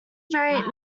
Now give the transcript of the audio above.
variant